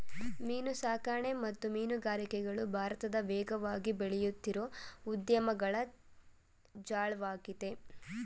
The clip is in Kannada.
ಮೀನುಸಾಕಣೆ ಮತ್ತು ಮೀನುಗಾರಿಕೆಗಳು ಭಾರತದ ವೇಗವಾಗಿ ಬೆಳೆಯುತ್ತಿರೋ ಉದ್ಯಮಗಳ ಜಾಲ್ವಾಗಿದೆ